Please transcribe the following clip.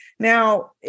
Now